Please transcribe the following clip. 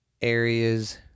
areas